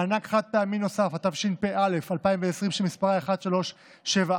(מענק חד-פעמי נוסף), התשפ"א 2020, שמספרה 1374,